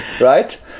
right